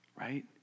Right